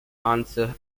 answer